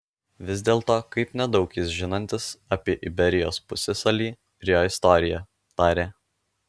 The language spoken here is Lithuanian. vis dėlto kaip nedaug jis žinantis apie iberijos pusiasalį ir jo istoriją tarė